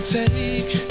take